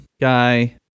guy